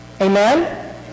Amen